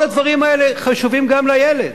כל הדברים האלה חשובים גם לילד.